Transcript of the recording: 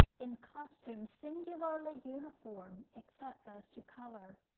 in costume singularly uniform, except as to color.